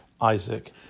Isaac